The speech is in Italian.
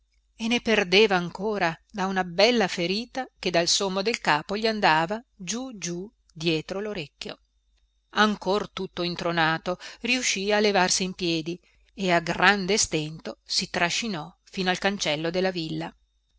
e ne perdeva ancora da una bella ferita che dal sommo del capo gli andava giù giù dietro lorecchio ancor tutto intronato riuscì a levarsi in piedi e a grande stento si trascinò fino al cancello della villa